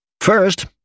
First